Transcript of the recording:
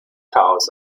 chaos